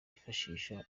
yifashisha